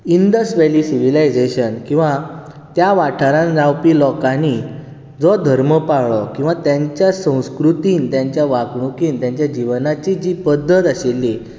Indus valley civilisation किंवा त्या वाठारांत जावपी लोकांनी जो धर्म पाळ्ळो किंवा तांच्या संस्कृतींत तांच्या वागणुकेंत तांच्या जिवनाची जी पद्धत आशिल्ली